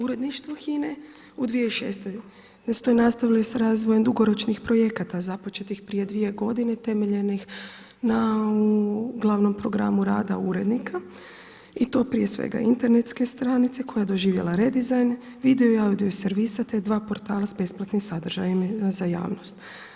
Uredništvo HINA-e u 2016. nastavilo je s razvojem dugoročnih projekata započetih prije dvije godine temeljenih na glavnom programa rada urednika i to prije svega internetske stranice koja je doživjela redizajn, video i audio servisa te dva portala s besplatnim sadržajima za javnost.